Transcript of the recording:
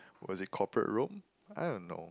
was it corporate Rome I don't know